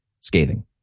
scathing